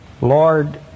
Lord